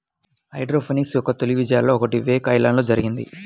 hydroponics యొక్క తొలి విజయాలలో ఒకటి వేక్ ఐలాండ్లో జరిగింది